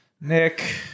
nick